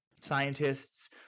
scientists